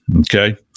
okay